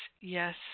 yes